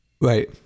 right